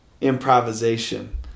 improvisation